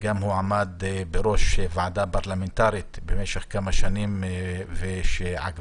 שעמד בראש ועדה פרלמנטרית במשך כמה שנים שעקבה